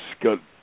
got